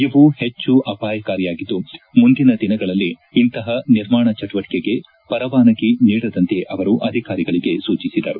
ಇವು ಹೆಚ್ಚು ಅಪಾಯಕಾರಿಯಾಗಿದ್ದು ಮುಂದಿನ ದಿನಗಳಲ್ಲಿ ಇಂತಹ ನಿರ್ಮಾಣ ಚಟುವಟಿಕೆಗೆ ಪರವಾನಿಗೆ ನೀಡದಂತೆ ಅವರು ಅಧಿಕಾರಿಗಳಿಗೆ ಸೂಜಿಸಿದರು